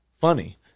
Funny